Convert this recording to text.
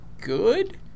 good